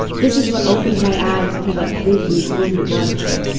this is what opened my eyes to what lynching really was,